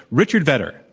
richard vedder.